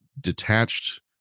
detached